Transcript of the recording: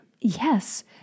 Yes